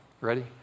Ready